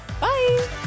Bye